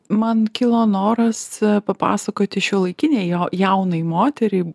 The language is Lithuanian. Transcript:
man kilo noras papasakoti šiuolaikinei jo jaunai moteriai